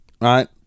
right